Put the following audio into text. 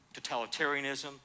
totalitarianism